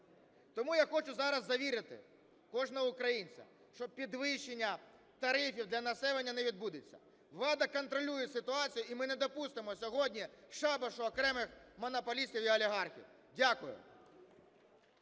Тому я хочу зараз завірити кожного українця, що підвищення тарифів для населення не відбудеться. Влада контролює ситуацію, і ми не допустимо сьогодні шабашу окремих монополістів і олігархів. Дякую.